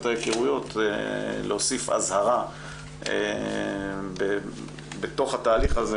ההיכרויות להוסיף אזהרה בתוך התהליך הזה.